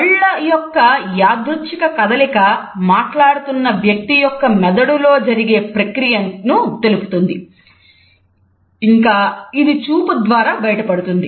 కళ్ళ యొక్క యాదృచ్చిక కదలిక మాట్లాడుతున్న వ్యక్తి యొక్క మెదడులో జరిగే ప్రక్రియను తెలుపుతుంది ఇంకా ఇది చూపు ద్వారా బయటపడుతుంది